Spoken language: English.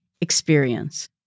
experience